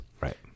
Right